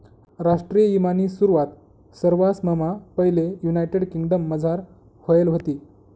राष्ट्रीय ईमानी सुरवात सरवाससममा पैले युनायटेड किंगडमझार व्हयेल व्हती